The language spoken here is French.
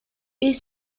est